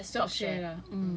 ah you stop share lah